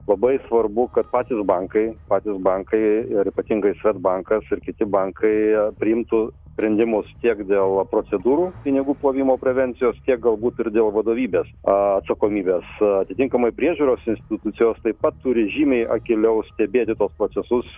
labai svarbu kad patys bankai patys bankai ir ypatingai swedbank ir kiti bankai priimtų sprendimus tiek dėl procedūrų pinigų plovimo prevencijos tiek galbūt ir dėl vadovybės atsakomybės atitinkamai priežiūros institucijos taip pat turi žymiai akyliau stebėti tuos procesus